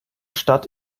stadt